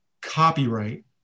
copyright